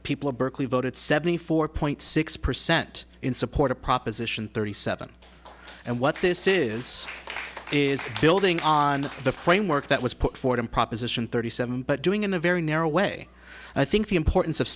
people of berkeley voted seventy four point six percent in support of proposition thirty seven and what this is is building on the framework that was put forth in proposition thirty seven but doing in a very narrow way i think the importance of